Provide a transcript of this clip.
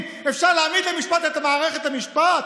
אפשר להעמיד למשפט את מערכת המשפט,